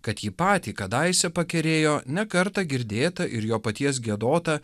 kad jį patį kadaise pakerėjo ne kartą girdėta ir jo paties giedota